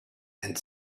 and